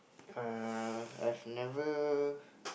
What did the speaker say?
err I've never